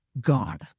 God